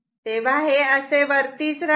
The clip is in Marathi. तेव्हा हे असे वरतीच राहते